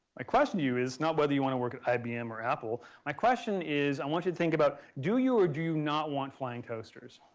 my question to you is not whether you want to work at ibm or apple. my question is i want you to think about, do you or do you not want flying toasters?